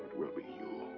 will be you.